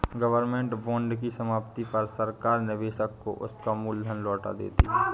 government bond की समाप्ति पर सरकार निवेशक को उसका मूल धन लौटा देती है